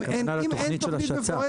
אם אין תוכנית מפורטת,